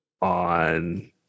on